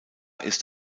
ist